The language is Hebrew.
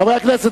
חברי הכנסת,